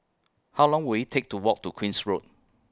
How Long Will IT Take to Walk to Queen's Road